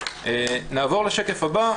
נעבור לשקף הבא,